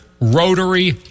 rotary